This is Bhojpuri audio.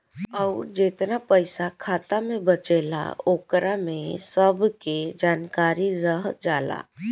अउर जेतना पइसा खाता मे बचेला ओकरा में सब के जानकारी रह जाइ